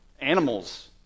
animals